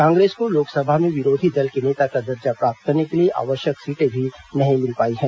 कांग्रेस को लोकसभा में विरोधी दल के नेता का दर्जा प्राप्त करने के लिए आवश्यक सीटें भी नहीं मिल पाई हैं